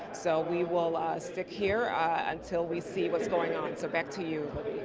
so we will ah secure until we see what's going on and so back to you.